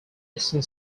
eastern